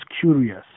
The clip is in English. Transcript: curious